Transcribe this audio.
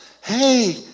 Hey